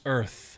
Earth